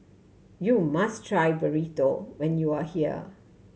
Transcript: you must try Burrito when you are here